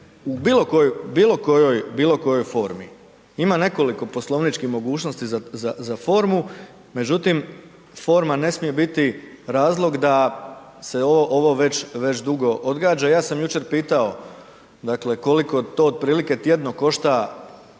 bilo kojoj formi. Ima nekoliko Poslovničkih mogućnosti za formu, međutim forma ne smije biti razlog da se ovo već dugo odgađa, ja sam jučer pitao dakle koliko to otprilike tjedno košta